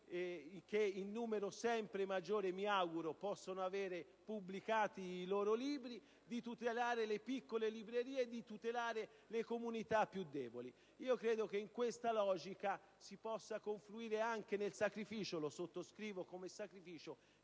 che in numero sempre maggiore - mi auguro - possono avere pubblicati i loro libri, di tutelare le piccole librerie e le comunità più deboli. Credo che in questa logica si possa confluire anche nel sacrificio - lo sottoscrivo come sacrificio